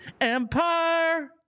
Empire